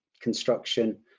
construction